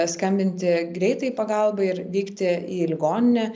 skambinti greitajai pagalbai ir vykti į ligoninę